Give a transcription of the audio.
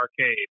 arcade